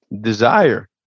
desire